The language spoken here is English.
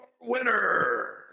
winner